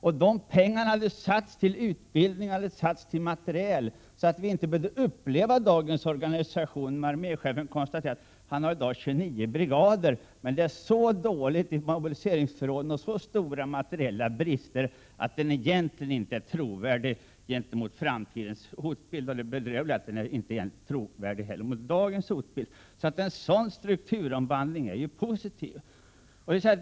Om de pengarna hade satsats på utbildning och materielanskaffning, hade vi inte behövt uppleva dagens situation, när arméchefen konstaterar att han har 29 brigader men att det är så dåligt i mobiliseringsförråden och så stora materiella brister att armén egentligen inte är trovärdig gentemot framtidens hotbild. Det bedrövliga är att den inte är trovärdig ens mot dagens hotbild. Därför är det positivt med en strukturomvandling.